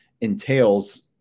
entails